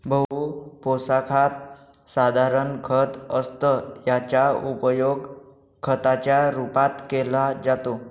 बहु पोशाखात साधारण खत असतं याचा उपयोग खताच्या रूपात केला जातो